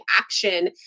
action